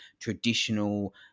traditional